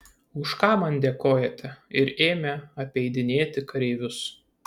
už ką man dėkojate ir ėmė apeidinėti kareivius